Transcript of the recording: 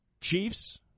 Chiefs